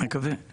אני מקווה.